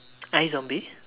iZombie